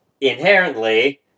inherently